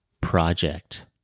Project